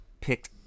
picked